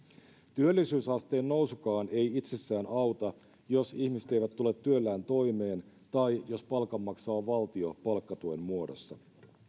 työllisyysasteen nousukaan ei itsessään auta jos ihmiset eivät tule työllään toimeen tai jos palkan maksaa valtio palkkatuen muodossa